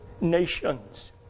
nations